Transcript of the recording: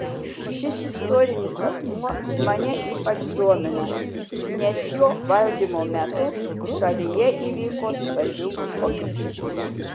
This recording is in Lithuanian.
šis istorinis asmuo mane ypač domina nes jo valdymo metu šalyje įvyko svarbių pokyčių